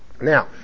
Now